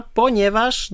ponieważ